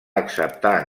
acceptar